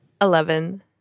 Eleven